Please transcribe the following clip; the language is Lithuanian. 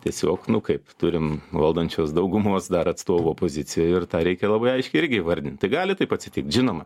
tiesiog nu kaip turim valdančios daugumos dar atstovų opozicijoj ir tą reikia labai aiškiai irgi įvardint tai gali taip atsitikt žinoma